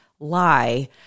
lie